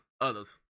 others